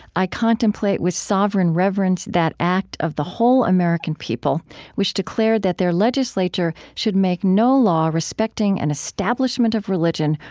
i contemplate with sovereign reverence that act of the whole american people which declared that their legislature should make no law respecting an establishment of religion,